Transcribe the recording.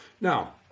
Now